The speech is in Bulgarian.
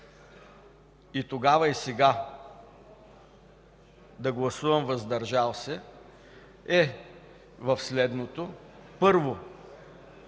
и тогава, и сега да гласувам „въздържал се” е в следното. Първо,